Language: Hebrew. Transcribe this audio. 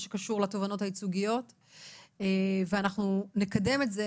שקשור לתובענות הייצוגיות ואנחנו נקדם את זה.